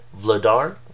Vladar